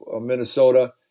Minnesota